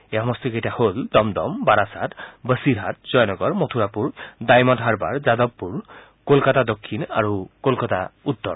এই সমষ্টিকেইটা হ'ল দমদম বাৰাছাত বছিৰহাট জয়নগৰ মথুৰাপুৰ ডাইমণ্ড হাৰ্বাৰ যাদৱপুৰ কলকাতা দক্ষিণ আৰু কলকাতা উত্তৰ